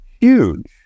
Huge